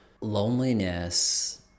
loneliness